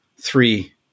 three